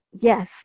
yes